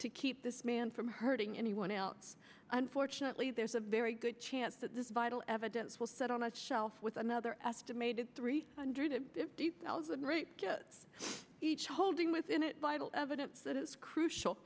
to keep this man from hurting anyone else unfortunately there's a very good chance that this vital evidence will set on a shelf with another estimated three hundred fifty thousand rape kits each holding within it vital evidence that is crucial